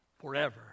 forever